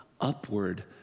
upward